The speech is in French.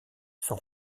son